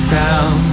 down